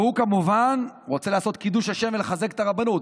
והוא כמובן רוצה לעשות קידוש השם ולחזק את הרבנות.